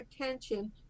attention